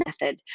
method